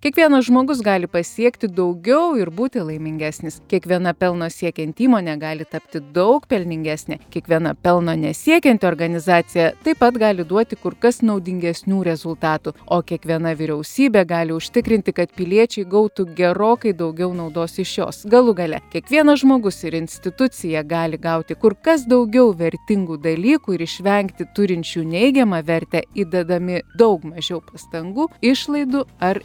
kiekvienas žmogus gali pasiekti daugiau ir būti laimingesnis kiekviena pelno siekianti įmonė gali tapti daug pelningesnė kiekviena pelno nesiekianti organizacija taip pat gali duoti kur kas naudingesnių rezultatų o kiekviena vyriausybė gali užtikrinti kad piliečiai gautų gerokai daugiau naudos iš jos galų gale kiekvienas žmogus ir institucija gali gauti kur kas daugiau vertingų dalykų ir išvengti turinčių neigiamą vertę įdedami daug mažiau pastangų išlaidų ar